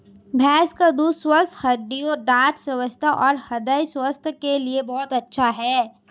भैंस का दूध स्वस्थ हड्डियों, दंत स्वास्थ्य और हृदय स्वास्थ्य के लिए बहुत अच्छा है